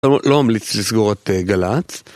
לא ממליץ לסגור את גל"צ